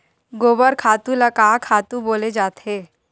गोबर खातु ल का खातु बोले जाथे?